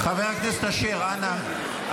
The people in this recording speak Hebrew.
הכנסת אשר, אנא.